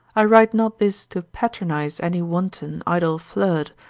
i write not this to patronise any wanton, idle flirt,